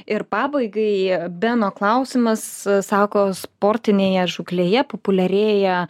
ir pabaigai beno klausimas sako sportinėje žūklėje populiarėja